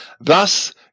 Thus